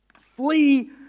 Flee